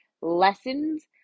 lessons